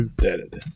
Dead